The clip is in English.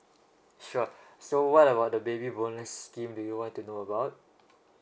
sure so what about the baby bonus scheme do you want to know about